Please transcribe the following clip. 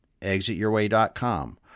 ExitYourWay.com